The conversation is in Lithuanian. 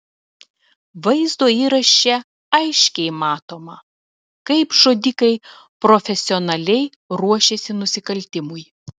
vaizdo įraše aiškiai matoma kaip žudikai profesionaliai ruošiasi nusikaltimui